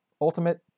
ultimate